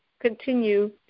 continue